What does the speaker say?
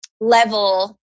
level